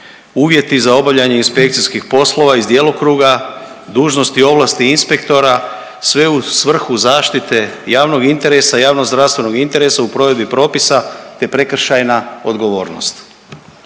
uvjeti za obavljanje inspekcijskih poslova iz djelokruga, dužnosti, ovlasti inspektora, sve u svrhu zaštite javnog interesa, javnozdravstvenog interesa u provedbi propisa te prekršajna odgovornost.